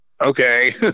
Okay